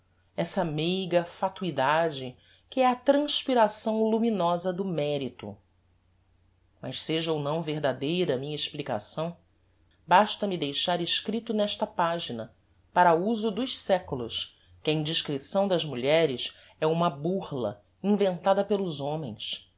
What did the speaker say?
secreto essa meiga fatuidade que é a transpiração luminosa do merito mas seja ou não verdadeira a minha explicação basta-me deixar escripto nesta pagina para uso dos seculos que a indiscrição das mulheres é uma burla inventada pelos homens